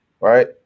Right